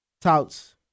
touts